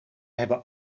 hebben